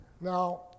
Now